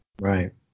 Right